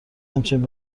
همچنین